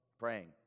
praying